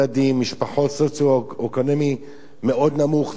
משפחות במצב סוציו-אקונומי מאוד נמוך וירוד,